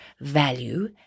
value